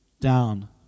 down